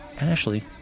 Ashley